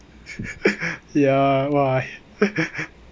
ya why